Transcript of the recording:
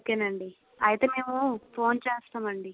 ఓకేనండి అయితే మేము ఫోన్ చేస్తామండి